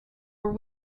were